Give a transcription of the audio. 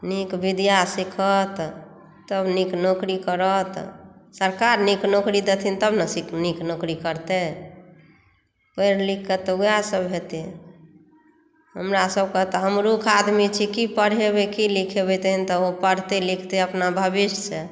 नीक विद्या सिखत तब नीक नौकरी करत सरकार नीक नौकरी देथिन तब ने नीक नौकरी करतै पढ़ि लिख कऽ तऽ वएह सभ हेतै हमरा सभकेँ तऽ हम मुर्ख आदमी छी की पढ़ेबै की लिखेबै तहन तऽ ओ पढ़तै लिखतै अपन भविष्य से